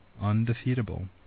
undefeatable